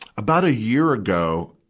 about a year ago,